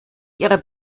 ihrer